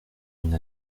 une